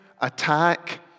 attack